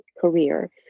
career